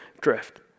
drift